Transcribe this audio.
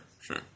sure